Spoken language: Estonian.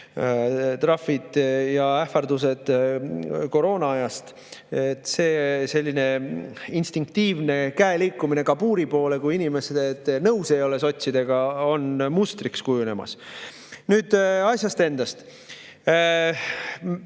trahvid ja ähvardused koroonaajast. Selline instinktiivne käe liikumine kabuuri poole, kui inimesed ei ole sotsidega nõus, on mustriks kujunemas. Nüüd asjast endast.